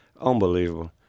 Unbelievable